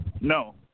No